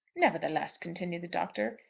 nevertheless, continued the doctor,